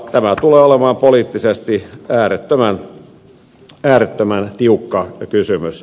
tämä tulee olemaan poliittisesti äärettömän tiukka kysymys